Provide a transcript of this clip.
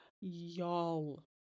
Y'all